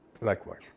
likewise